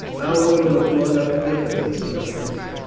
our women are brought up differently, berenice.